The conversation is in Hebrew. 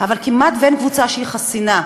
אבל כמעט אין קבוצה שהיא חסינה,